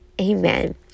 Amen